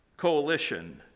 coalition